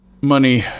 money